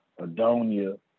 adonia